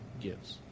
gives